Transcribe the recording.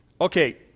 okay